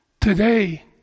Today